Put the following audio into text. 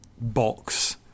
box